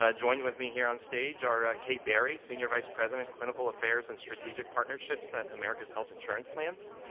ah joined with me here on stage are kate berry, senior vice president, clinical affairs and strategic partnerships at america's health insurance plans.